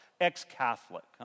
Ex-Catholic